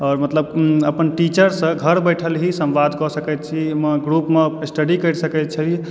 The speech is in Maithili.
आओर मतलब अपन टीचरसँ घरऽ बैठल ही संवाद कऽ सकैत छी ग्रुपमऽ स्टडी करि सकैत छी